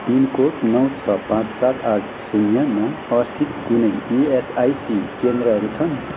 pin code नौ छ पाँच सात आठ शून्यमा अवस्थित कुनै इएसआइसी केन्द्रहरू छन्